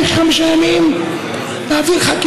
הכנסת ישראל אייכלר, כבודו.